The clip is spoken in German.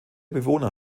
bewohner